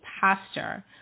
pastor